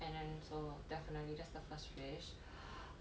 and then so definitely that's the first wish